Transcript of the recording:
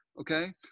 Okay